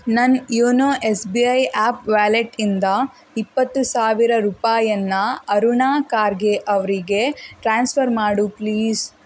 ನನ್ನ YONO S B I app ವ್ಯಾಲೆಟ್ಟಿಂದ ಇಪ್ಪತ್ತು ಸಾವಿರ ರೂಪಾಯಿಯನ್ನ ಅರುಣಾ ಖರ್ಗೆ ಅವರಿಗೆ ಟ್ರಾನ್ಸ್ಫರ್ ಮಾಡು ಪ್ಲೀಸ್